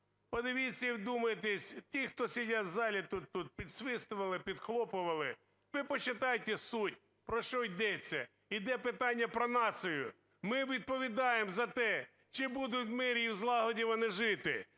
Подивіться і вдумайтесь, ті, хто сидять в залі, тут підсвистували, підхлопували, ви почитайте суть, про що йдеться. Іде питання про націю. Ми відповідаємо за те, чи будуть в мирі і в злагоді вони жити.